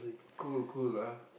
cool cool ah